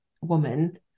woman